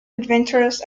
adventures